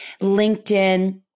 LinkedIn